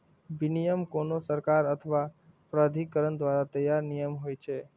विनियम कोनो सरकार अथवा प्राधिकरण द्वारा तैयार नियम होइ छै